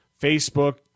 Facebook